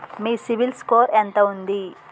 మీ CIBIL score ఎంత ఉంది?